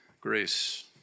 Grace